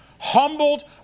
humbled